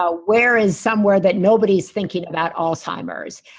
ah where is somewhere that nobody's thinking about alzheimer's?